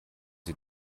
sie